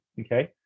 okay